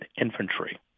Infantry